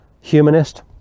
Humanist